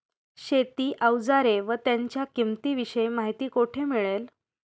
शेती औजारे व त्यांच्या किंमतीविषयी माहिती कोठे मिळेल?